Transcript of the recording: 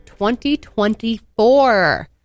2024